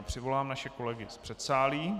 Přivolám naše kolegy z předsálí.